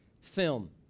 film